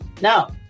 now